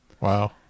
Wow